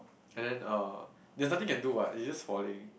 and then uh there's nothing you can do what you're just falling